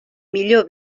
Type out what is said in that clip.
millor